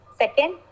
Second